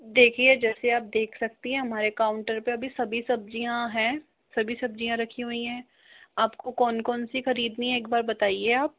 देखिए जैसे आप देख सकती है हमारे काउंटर पे अभी सभी सब्जियां हैं सभी सब्जियां रखी हुई है आपको कौन कौन सी खरीदनी है एक बार बताइए आप